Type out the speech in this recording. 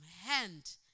hand